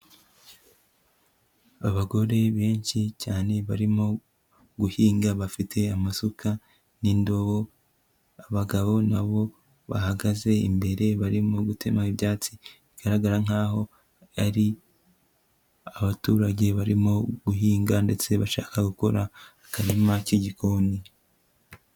Abagore benshi cyane barimo guhinga bafite amasuka n'indobo, abagabo na bo bahagaze imbere barimo gutema ibyatsi bigaragara nkaho ari abaturage barimo guhinga ndetse bashaka gukora akarima k'igikoni.